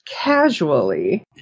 casually